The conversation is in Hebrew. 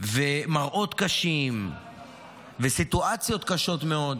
ומראות קשים וסיטואציות קשות מאוד.